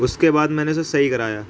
اس کے بعد میں نے اسے صحیح کرایا